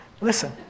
listen